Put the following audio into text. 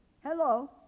Hello